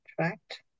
tract